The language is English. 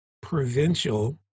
provincial